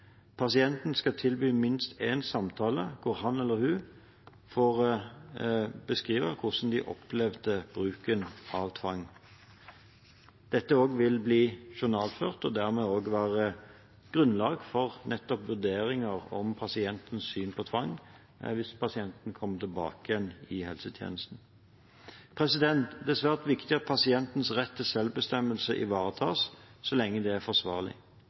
Pasienten skal tilbys minst én samtale hvor han eller hun får beskrive hvordan de opplevde bruken av tvang. Dette vil også bli journalført og dermed være grunnlag for vurdering av pasientens syn på tvang hvis pasienten kommer tilbake igjen i helsetjenesten. Det er svært viktig at pasientens rett til selvbestemmelse ivaretas, så langt det er forsvarlig.